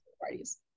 parties